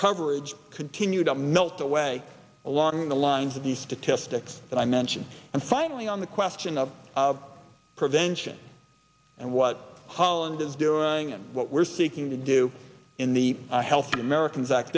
coverage continue to melt away along the lines of the statistics that i mentioned and finally on the question of prevention and what holland is doing and what we're seeking to do in the health of americans ac